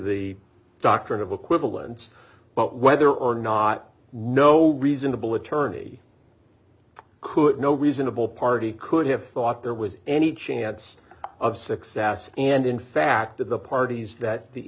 the doctrine of equivalence but whether or not no reasonable attorney who no reasonable party could have thought there was any chance of success and in fact of the parties that the